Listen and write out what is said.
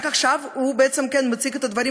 רק עכשיו הוא בעצם כן מציג את הדברים